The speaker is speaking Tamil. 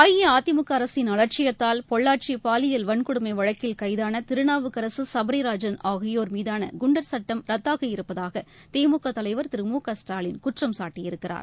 அஇஅதிமுக அரசின் அலட்சியத்தால் பொள்ளாச்சி பாலியல் வன்கொடுமை வழக்கில் கைதான திருநாவுக்கரக சுபரிராஜன் ஆகியோர் மீதான குண்டர் சுட்டம் ரத்தாகியிருப்பதாக திமுக தலைவர் திரு மு க ஸ்டாலின் குற்றம் சாட்டியிருக்கிறார்